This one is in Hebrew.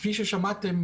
כפי ששמעתם